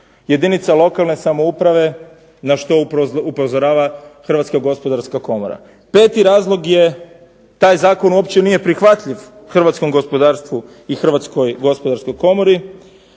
jedinica lokalne samouprave na što upozorava HGK. Peti razlog je taj zakon uopće nije prihvatljiv hrvatskom gospodarstvu i HGK. Šesti razlog je on